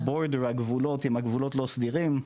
הגבולות לא סדירים,